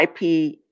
IP